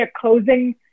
closing